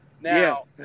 now